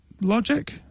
logic